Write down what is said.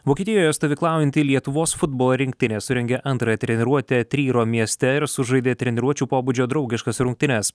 vokietijoje stovyklaujanti lietuvos futbolo rinktinė surengė antrąją treniruotę tryro mieste ir sužaidė treniruočių pobūdžio draugiškas rungtynes